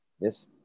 yes